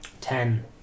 Ten